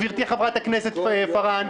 גברתי חברת הכנסת פארן,